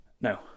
no